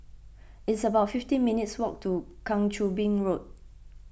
it's about fifty minutes' walk to Kang Choo Bin Road